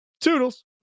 Toodles